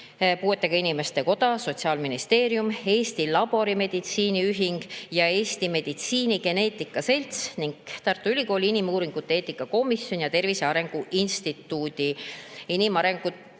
Puuetega Inimeste Koda, Sotsiaalministeerium, Eesti Laborimeditsiini Ühing ja Eesti Meditsiinigeneetika Selts, Tartu Ülikooli inimuuringute eetika komitee ning Tervise Arengu Instituudi inimuuringute